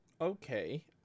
Okay